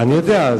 אני יודע.